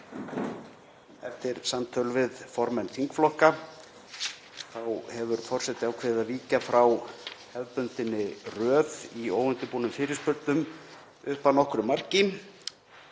eftir samtöl við formenn þingflokka hefur forseti ákveðið að víkja frá hefðbundinni röð í óundirbúnum fyrirspurnum upp að nokkru marki.